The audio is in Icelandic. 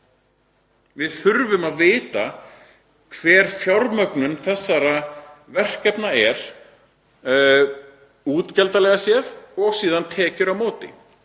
Við þurfum að vita hver fjármögnun þessara verkefna er útgjaldalega séð og síðan tekjur á móti.